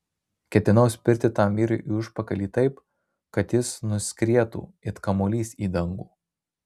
ketinau spirti tam vyrui į užpakalį taip kad jis nuskrietų it kamuolys į dangų